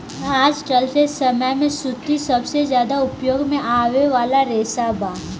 आजकल के समय में सूती सबसे ज्यादा उपयोग में आवे वाला रेशा बा